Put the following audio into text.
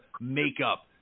makeup